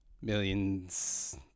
millions